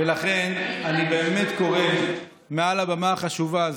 ולכן, אני באמת קורא, מעל הבמה החשובה הזאת,